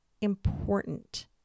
important